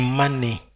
money